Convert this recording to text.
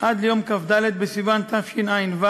עד ליום כ"ד בסיוון תשע"ו,